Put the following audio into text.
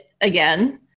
again